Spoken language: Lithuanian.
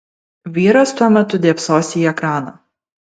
vyras tuo metu dėbsos į ekraną